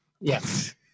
Yes